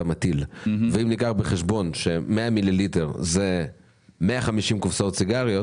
ואם ניקח בחשבון ש-100 מיליליטר זה 150 קופסאות סיגריות,